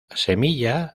semilla